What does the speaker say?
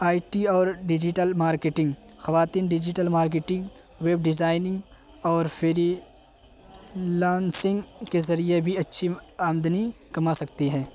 آئی T اور digital marketing خواتین digital marketing web designing اور فری لانسنگ کے ذریعے بھی اچھی آمدنی کما سکتی ہیں